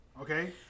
Okay